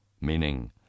meaning